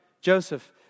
Joseph